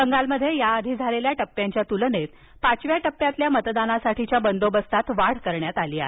बंगालमध्ये या आधी झालेल्या टप्प्यांच्या तुलनेत पाचव्या टप्प्यातील मतदानासाठीच्या बंदोबस्तात वाढ करण्यात आली आहे